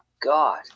God